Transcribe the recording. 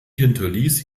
hinterließ